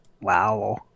Wow